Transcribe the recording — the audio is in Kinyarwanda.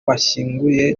bashyinguye